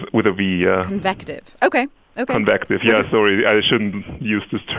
with a v, yeah convective ok, ok convective. yeah, sorry, i shouldn't use this